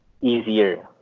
easier